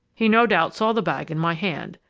he no doubt saw the bag in my hand.